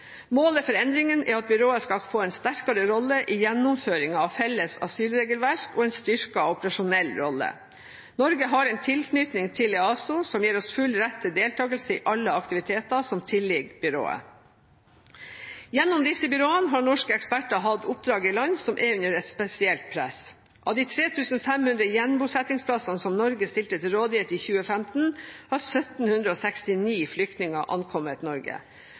Målet for endringene er at byrået skal få en sterkere rolle i gjennomføringen av felles asylregelverk og en styrket operasjonell rolle. Norge har en tilknytning til EASO som gir oss full rett til deltakelse i alle aktiviteter som tilligger byrået. Gjennom disse byråene har norske eksperter hatt oppdrag i land som er under et spesielt press. Av de 3 500 gjenbosettingsplassene som Norge stilte til rådighet i 2015, har 1 769 flyktninger ankommet Norge.